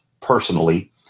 personally